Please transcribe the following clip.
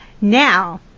Now